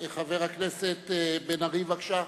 חבר הכנסת בן-ארי, בקשה.